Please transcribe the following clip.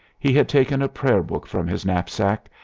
he had taken a prayer book from his knapsack,